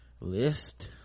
list